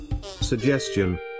suggestion